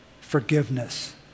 forgiveness